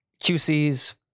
QC's